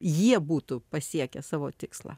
jie būtų pasiekę savo tikslą